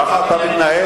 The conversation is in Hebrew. ככה אתה מתנהג?